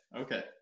okay